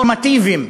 נורמטיביים,